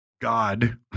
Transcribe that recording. God